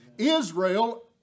Israel